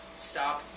Stop